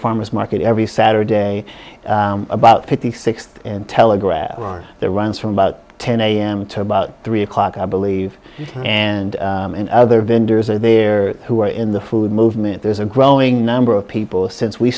farmer's market every saturday about fifty six telegraph their runs from about ten am to about three o'clock i believe and other vendors are there who are in the food movement there's a growing number of people since we